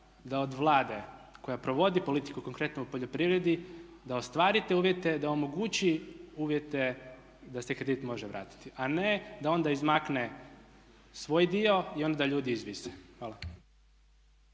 da od Vlade koja provodi politiku konkretno u poljoprivredi, da ostvarite uvjete da omogući uvjete da se kredit može vratiti, a ne da onda izmakne svoj dio i onda da ljudi izvise. Hvala.